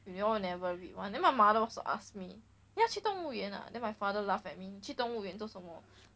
you all never read [one] then my mother also ask me 要去动物园 ah then my mother laugh at me 去动物园做什么